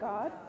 God